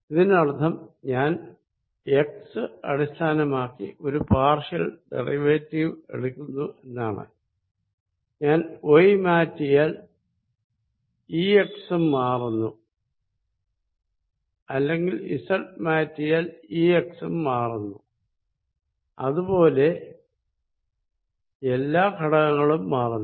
ഇതിനർത്ഥം ഞാൻ x അടിസ്ഥാനമാക്കി ഒരു പാർഷ്യൽ ഡെറിവേറ്റീവ് എടുക്കുന്നു എന്നാണ് ഞാൻ y മാറ്റിയാൽ Ex ഉം മാറുന്നു അല്ലെങ്കിൽ z മാറ്റിയാൽ Ex ഉം മാറുന്നു അത് പോലെ എല്ലാ ഘടകങ്ങളും മാറുന്നു